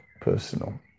personal